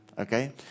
Okay